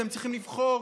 שהם צריכים לבחור